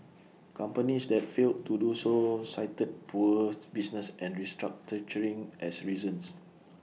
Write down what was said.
companies that failed to do so cited poor business and restructuring as reasons